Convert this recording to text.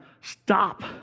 stop